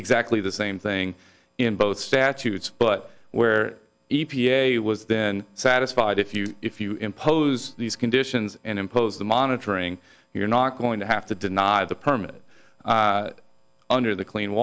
exactly the same thing in both statutes but where e p a was then satisfied if you if you impose these conditions and impose the monitoring you're not going to have to deny the permit under the clean